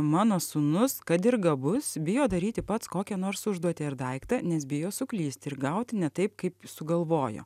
mano sūnus kad ir gabus bijo daryti pats kokią nors užduotį ar daiktą nes bijo suklysti ir gauti ne taip kaip sugalvojo